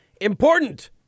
Important